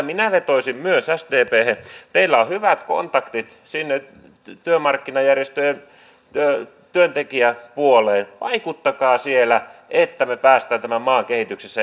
nyt olisi tärkeää että nämä hyvät käytännöt eivät pääsisi lopahtamaan kuntakokeiluhan loppuu tämän vuoden lopussa sillä niiden uudelleenkäynnistäminen olisi todella vaikeaa